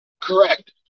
Correct